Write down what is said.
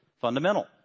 fundamental